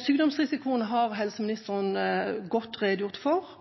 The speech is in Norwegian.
Sykdomsrisikoen har helseministeren redegjort godt for, og det